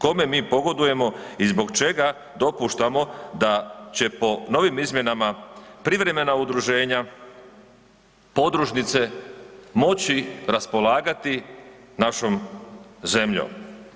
Kome mi pogodujemo i zbog čega dopuštamo da će po novim izmjenama privremena udruženja, podružnice moći raspolagati našom zemljom?